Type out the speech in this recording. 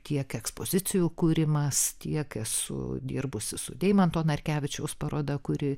tiek ekspozicijų kūrimas tiek esu dirbusi su deimanto narkevičiaus paroda kuri